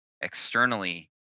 externally